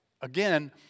Again